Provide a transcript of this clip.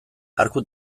arku